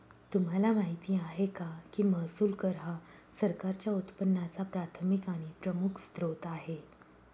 तुम्हाला माहिती आहे का की महसूल कर हा सरकारच्या उत्पन्नाचा प्राथमिक आणि प्रमुख स्त्रोत आहे